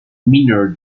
minor